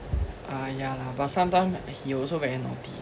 ah ya lah but sometime he also very naughty